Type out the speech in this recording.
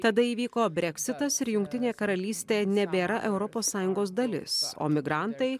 tada įvyko breksitas ir jungtinė karalystė nebėra europos sąjungos dalis o migrantai